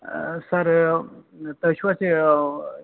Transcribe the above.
سَر یہِ تۄہہِ چھُو حظ یہِ